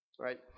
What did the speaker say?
Right